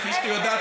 כפי שאת יודעת,